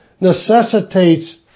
necessitates